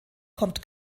kommt